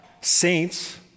Saints